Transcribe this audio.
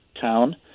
town